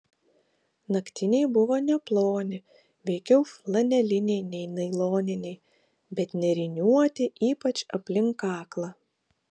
naktiniai buvo neploni veikiau flaneliniai nei nailoniniai bet nėriniuoti ypač aplink kaklą